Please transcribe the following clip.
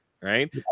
right